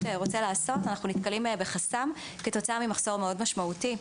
רוצה לעשות אנחנו נתקלים בחסם בגלל מחסור מאוד משמעותי.